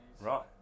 Right